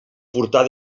furtar